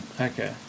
Okay